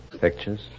Pictures